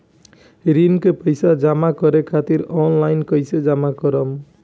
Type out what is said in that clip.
ऋण के पैसा जमा करें खातिर ऑनलाइन कइसे जमा करम?